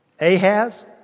Ahaz